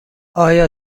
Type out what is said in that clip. آیا